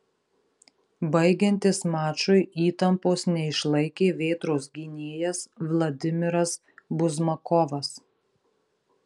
baigiantis mačui įtampos neišlaikė vėtros gynėjas vladimiras buzmakovas